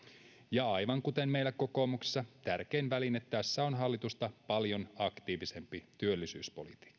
ja aivan kuten meillä kokoomuksessa tärkein väline tässä on hallitusta paljon aktiivisempi työllisyyspolitiikka